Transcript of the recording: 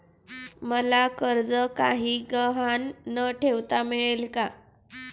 मला कर्ज काही गहाण न ठेवता मिळेल काय?